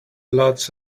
lots